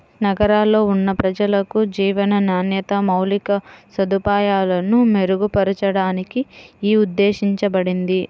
నగరాల్లో ఉన్న ప్రజలకు జీవన నాణ్యత, మౌలిక సదుపాయాలను మెరుగుపరచడానికి యీ ఉద్దేశించబడింది